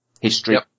history